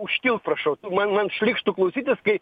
užtilk prašau man man šlykštu klausytis kai